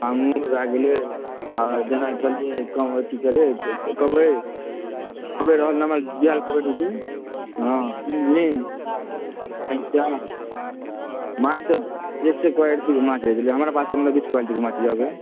माङुर भए गेलै आ जेना की अथी कबै भेलै कबै एकबेर हम जुआएल कबै जे छै हँ सिङही गैंचा माँछ तऽ एकसऽ एक क्वालटीके माँछ आबि गेलै हमर पास रिच क्वालटीके माँछ दिआ देब